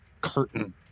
curtain